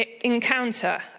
encounter